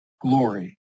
glory